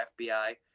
FBI